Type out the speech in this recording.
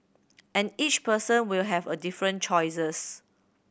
and each person will have a different choices